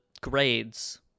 grades